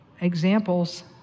examples